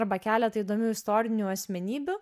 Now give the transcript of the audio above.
arba keletą įdomių istorinių asmenybių